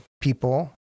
people